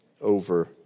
over